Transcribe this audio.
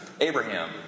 Abraham